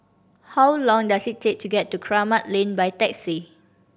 how long does it take to get to Kramat Lane by taxi